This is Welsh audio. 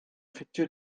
ffitio